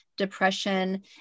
depression